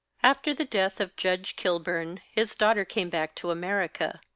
after the death of judge kilburn his daughter came back to america.